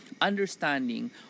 understanding